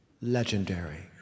legendary